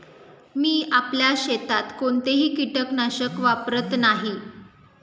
मी आपल्या शेतात कोणतेही कीटकनाशक वापरत नाही